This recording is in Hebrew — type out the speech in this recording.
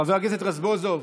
חבר הכנסת רזבוזוב,